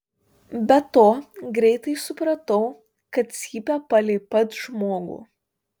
be to greitai supratau kad cypia palei pat žmogų